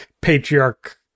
patriarch